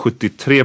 73%